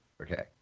Okay